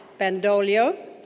Bandolio